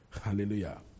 Hallelujah